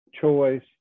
choice